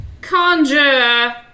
conjure